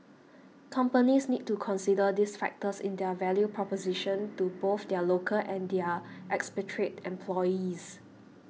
companies need to consider these factors in their value proposition to both their local and their expatriate employees